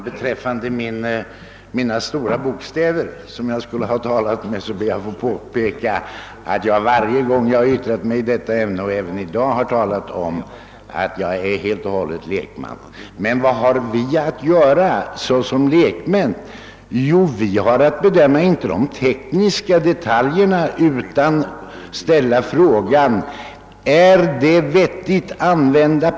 Herr talman! Eftersom det hävdats att jag talar med stora bokstäver ber jag att få påpeka att jag varje gång jag yttrat mig i detta ämne, och även i dag, har talat om att jag helt och hållet är lekman. Men vad har vi att göra såsom lekmän? Vi skall inte bedöma de tekniska detaljerna, utan vi skall ställa frågan: Är dessa pengar vettigt använda?